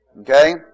Okay